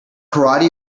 karate